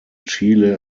chile